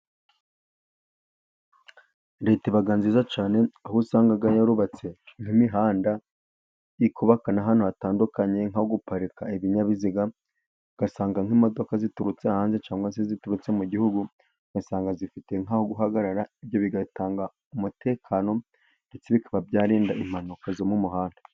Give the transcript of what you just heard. Leta iba nziza cyane kuko usanga yarubatse nk'imihanda, ikubaka n'ahantu hatandukanye ho guparika ibinyabiziga, ugasanga nk'imodoka ziturutse hanze cyangwa se ziturutse mu gihugu, ugasanga zifite nk'aho guhagarara. Ibyo bigatanga umutekano ndetse bikaba byarinda impanuka zo mu muhanda.